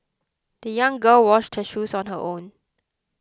the young girl washed her shoes on her own